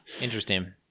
Interesting